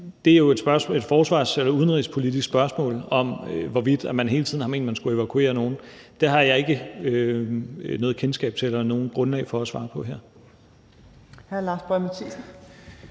eller udenrigspolitisk spørgsmål, hvorvidt man hele tiden har ment, at man skulle evakuere nogle. Det har jeg ikke noget kendskab til eller noget grundlag for at svare på her.